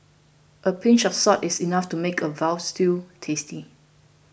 a pinch of salt is enough to make a Veal Stew tasty